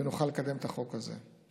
ונוכל לקדם את החוק הזה.